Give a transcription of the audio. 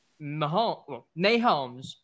Mahomes